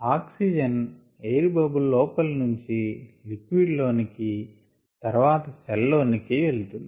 oxygen air bubble లోపలి నుంచి liquid లోనికి తర్వాత సెల్ లోనికి వెలుతుంది